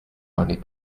only